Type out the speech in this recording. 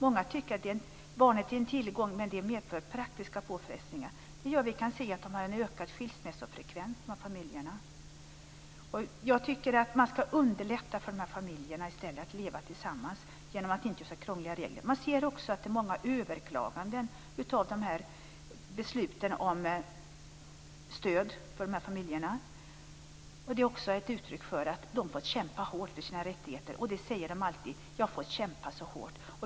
Många tycker att barnet är en tillgång, men det medför praktiska påfrestningar. De här familjerna har en ökad skilsmässofrekvens. Jag tycker att man ska underlätta för de här familjerna att leva tillsammans genom att inte ha så krångliga regler. Det är många överklaganden av besluten om stöd för de här familjerna. Det är också ett uttryck för att de har fått kämpa hårt för sina rättigheter. De säger alltid att de har fått kämpa så hårt.